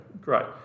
Great